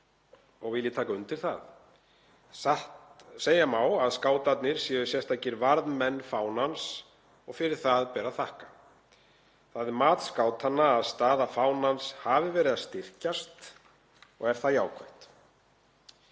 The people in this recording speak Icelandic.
og vil ég taka undir það. Segja má að skátarnir séu sérstakir varðmenn fánans og fyrir það ber að þakka. Það er mat skátanna að staða fánans hafi verið að styrkjast og er það jákvætt.